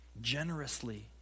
generously